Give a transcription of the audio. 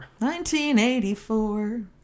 1984